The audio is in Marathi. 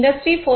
इंडस्ट्री 4